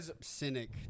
cynic